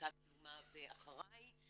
עמותת אלומה ו"אחריי"